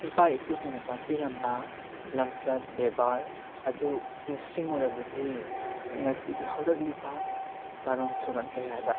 ꯏꯄꯥ ꯏꯄꯨꯁꯤꯡꯅ ꯇꯥꯛꯄꯤꯔꯝꯕ ꯂꯝꯆꯠ ꯕꯦꯕꯥꯔ ꯑꯗꯨ ꯅꯤꯡꯁꯤꯡꯉꯨꯔꯕꯗꯤ ꯉꯁꯤꯒꯤ ꯍꯧꯔꯛꯂꯤꯕ ꯆꯥꯔꯣꯅ ꯁꯨꯔꯣꯟ ꯀꯌꯥꯗ